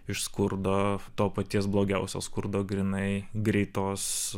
iš skurdo to paties blogiausio skurdo grynai greitos